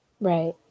Right